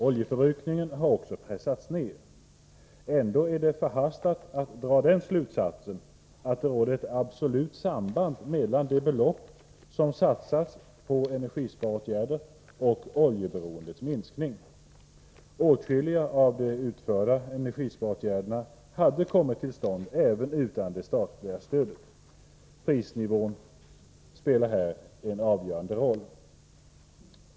Oljeförbrukningen har också pressats ned. Ändå är det förhastat att dra den slutsatsen att det råder ett absolut samband mellan de belopp som satsats på energisparåtgärder och oljeberoendets minskning. Åtskilliga av de utförda energisparåtgärderna hade kommit till stånd även utan det statliga stödet. Prisnivån spelar här en avgörande roll.